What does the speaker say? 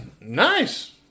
nice